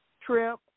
trip